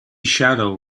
shadow